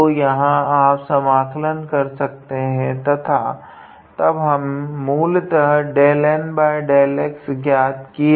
तो यहाँ आप समाकलन कर सकते है तथा तब हम मूलतः 𝜕𝑁𝜕𝑥 ज्ञात किया